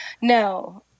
No